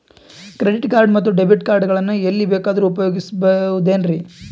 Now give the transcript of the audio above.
Credit card ಮತ್ತು debit card ಗಳನ್ನು ಎಲ್ಲಿ ಬೇಕಾದ್ರು ಉಪಯೋಗಿಸಬಹುದೇನ್ರಿ?